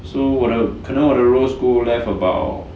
so 可能可能我的 rows go left about